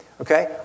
Okay